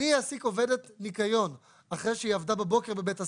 אני אעסיק במשרדי עובדת ניקיון אחרי שהיא עבדה בבוקר בבית הספר,